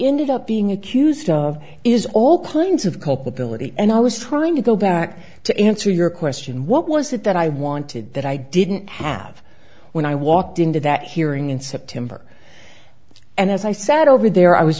ended up being accused of is all kinds of culpability and i was trying to go back to answer your question what was it that i wanted that i didn't have when i walked into that hearing in september and as i sat over there i was